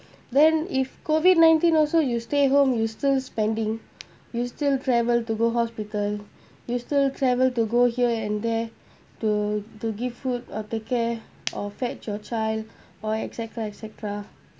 then if COVID-nineteen also you stay home you still spending you still travel to go hospital you still travel to go here and there to to give food or take care or fetch your child or et cetera et cetera